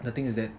the thing is that